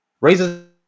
raises